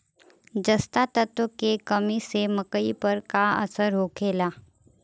जस्ता तत्व के कमी से मकई पर का असर होखेला?